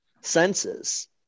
senses